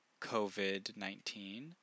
COVID-19